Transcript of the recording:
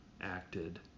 acted